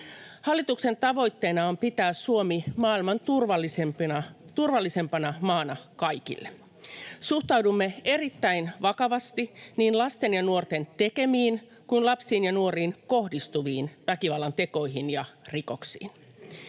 Hallituksen tavoitteena on pitää Suomi maailman turvallisimpana maana kaikille. Suhtaudumme erittäin vakavasti niin lasten ja nuorten tekemiin kuin lapsiin ja nuoriin kohdistuviin väkivallantekoihin ja rikoksiin.